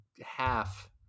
half